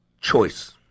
choice